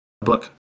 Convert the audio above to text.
book